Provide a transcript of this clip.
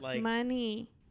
money